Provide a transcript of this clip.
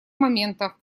момента